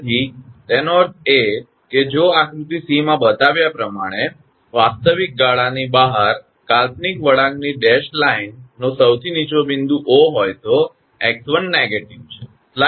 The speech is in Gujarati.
તેથી તેનો અર્થ એ કે જો આકૃતિ c માં બતાવ્યા પ્રમાણે વાસ્તવિક ગાળા ની બહાર કાલ્પનિક વળાંકની ડેશડ લાઇનનો સૌથી નીચો બિંદુ 𝑂 હોય તો 𝑥1 નકારાત્મક છે